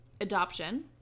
adoption